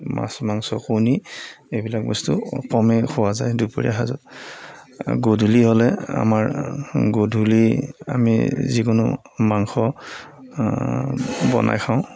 মাছ মাংস কণী এইবিলাক বস্তু কমেই খোৱা যায় দুপৰীয়াৰ সাঁজত গধূলি হ'লে আমাৰ গধূলি আমি যিকোনো মাংস বনাই খাওঁ